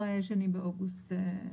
לאחר ה-2/8/21.